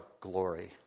glory